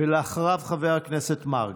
אחריו, חבר הכנסת מרגי.